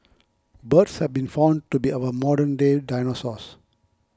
birds have been found to be our modern day dinosaurs